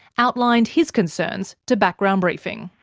outlined his concerns to background briefing.